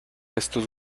estos